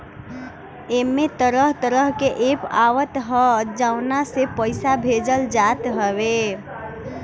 एमे तरह तरह के एप्प आवत हअ जवना से पईसा भेजल जात हवे